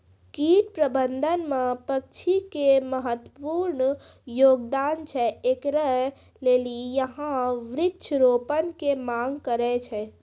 कीट प्रबंधन मे पक्षी के महत्वपूर्ण योगदान छैय, इकरे लेली यहाँ वृक्ष रोपण के मांग करेय छैय?